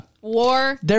War